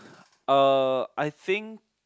uh I think